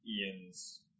Ian's